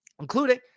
including